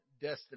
destiny